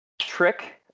trick